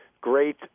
Great